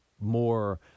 more